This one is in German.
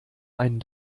einen